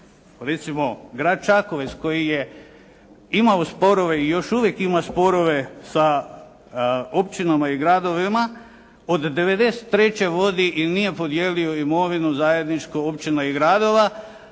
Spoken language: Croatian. recimo grad Čakovec koji je imao sporove i još uvijek ima sporove sa općinama i gradovima od 93. vodi i nije podijelio imovinu zajedničku općina i gradova.